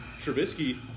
Trubisky